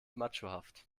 machohaft